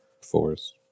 Forest